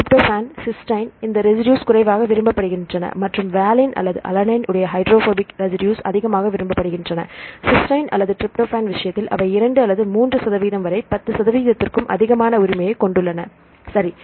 tryptophan cysteine இந்த residues குறைவாக விரும்பப்படுகின்றன மற்றும் வலின் அல்லது அலனைனைக் உடைய ஹைட்ரோபோபிக் ரஸிடுஸ் அதிகமாக விரும்பப்படுகின்றன சிஸ்டைன் அல்லது டிரிப்டோபான் விஷயத்தில் அவை 2 முதல் 3 சதவிகிதம் வரை 10 சதவிகிதத்திற்கும் அதிகமான உரிமையைக் கொண்டுள்ளன சரி